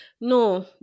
No